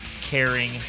caring